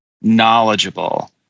knowledgeable